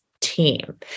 team